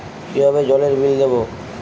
কিভাবে জলের বিল দেবো?